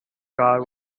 car